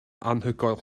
anhygoel